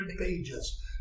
pages